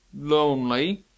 Lonely